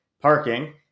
parking